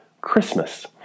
Christmas